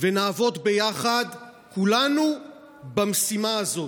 ונעבוד ביחד, כולנו במשימה הזאת.